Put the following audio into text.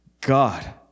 God